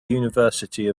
university